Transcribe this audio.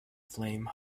flame